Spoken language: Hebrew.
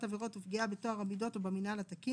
עבירות ופגיעה בטוהר המידות או במינהל התקין),